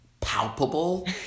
palpable